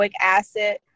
acid